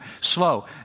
slow